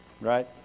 Right